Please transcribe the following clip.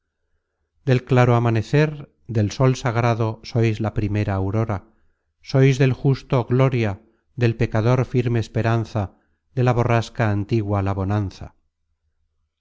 del claro amanecer del sol sagrado sois la primera aurora sois del justo gloria del pecador firme esperanza de la borrasca antigua la bonanza